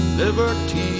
liberty